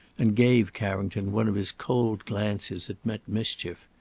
and gave carrington one of his cold glances that meant mischief.